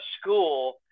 school